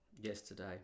yesterday